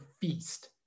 feast